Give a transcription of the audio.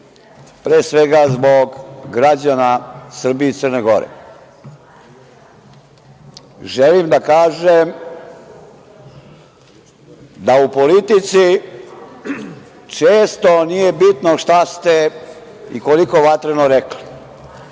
pre svega zbog građana Srbije i Crne Gore, želim da kažem da u politici često nije bitno šta ste i koliko vatreno rekli,